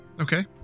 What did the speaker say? Okay